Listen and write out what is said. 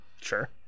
Sure